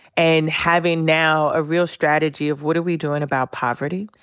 and having now a real strategy of what are we doing about poverty?